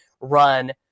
run